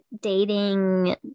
dating